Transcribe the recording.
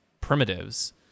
primitives